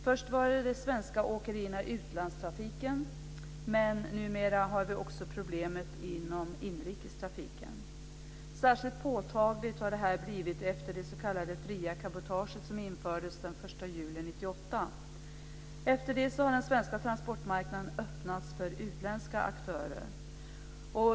Först var det de svenska åkerierna i utlandstrafiken, men numera har vi också problemet inom inrikestrafiken. Särskilt påtagligt har detta blivit sedan det s.k. fria cabotaget infördes den 1 juli 1998. Efter det har den svenska transportmarknaden öppnats för utländska aktörer.